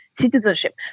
citizenship